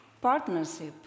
partnership